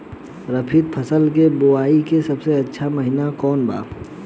खरीफ फसल के बोआई के सबसे अच्छा महिना कौन बा?